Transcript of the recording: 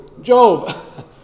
Job